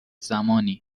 زمانی